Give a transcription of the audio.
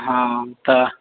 हँ तऽ